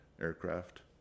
aircraft